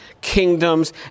kingdoms